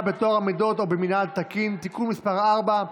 בטוהר המידות או במינהל התקין) (תיקון מס' 4)